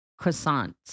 croissants